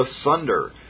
asunder